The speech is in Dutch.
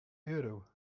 euro